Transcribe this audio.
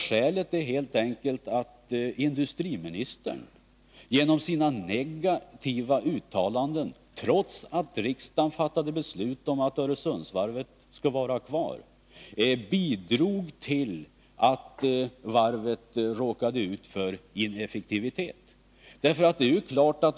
Skälet var helt enkelt att industriministern genom sina negativa uttalanden, trots att riksdagen fattat beslut om att Öresundsvarvet skulle vara kvar, bidrog till att varvet råkade ut för ineffektivitet.